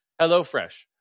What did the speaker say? HelloFresh